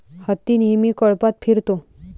हत्ती नेहमी कळपात फिरतो